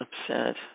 upset